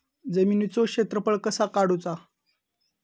जमिनीचो क्षेत्रफळ कसा काढुचा?